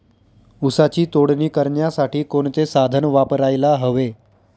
ऊसाची तोडणी करण्यासाठी कोणते साधन वापरायला हवे?